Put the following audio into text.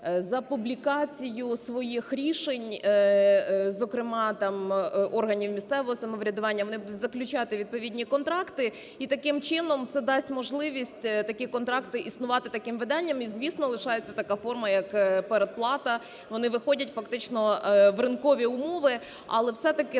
за публікацію своїх рішень, зокрема, там органів місцевого самоврядування, вони будуть заключати відповідні контракти, і таким чином, це дасть можливість… такі контракти існувати таким виданням. І, звісно, лишається така форма, як переплата, вони виходять фактично в ринкові умови, але все-таки